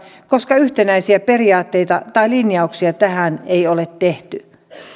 koska yhtenäisiä periaatteita tai linjauksia tähän ei ole tehty